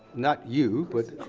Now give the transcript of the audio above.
not you, but.